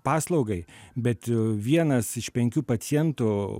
paslaugai bet vienas iš penkių pacientų